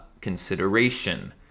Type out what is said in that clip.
consideration